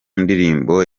ndirimbo